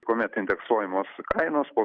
kuomet indeksuojamos kainos o